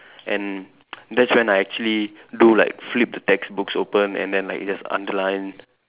and that's when I actually do like flip the textbooks open and then like just underline